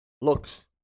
Looks